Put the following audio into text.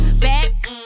back